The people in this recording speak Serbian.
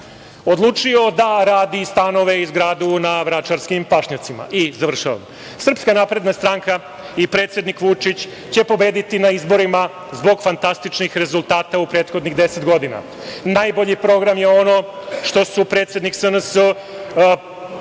odlučio da radi stanove i zgradu na vračarskim pašnjacima. Srpska napredna stranka i predsednik Vučić će pobediti na izborima zbog fantastičnih rezultata u prethodnih 10 godina. Najbolji program je ono što su predsednik Vučić